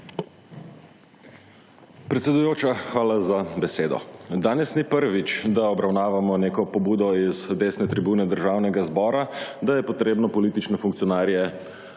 Predsedujoča, hvala za besedo. Danes ni prvič, da obravnavamo neko pobudo iz desne tribune Državnega zbora, da je potrebno politične funkcionarje